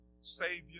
Savior